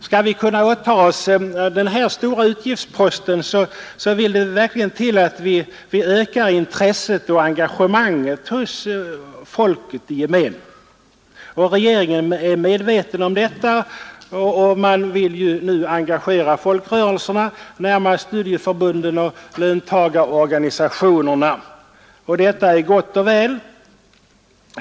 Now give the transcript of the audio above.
Skall vi kunna åta oss denna stora utgiftspost vill det verkligen till att vi ökar intresset och engagemanget hos folket i gemen. Regeringen är medveten om detta, och man vill nu engagera folkrörelserna, närmast studieförbunden och löntagarorganisationerna. Detta är gott och väl.